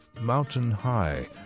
Mountain-high